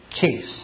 case